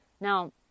Now